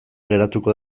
geratuko